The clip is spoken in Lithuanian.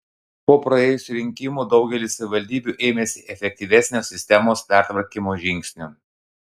po praėjusių rinkimų daugelis savivaldybių ėmėsi efektyvesnio sistemos pertvarkymo žingsnių